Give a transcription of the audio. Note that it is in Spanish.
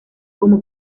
como